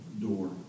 door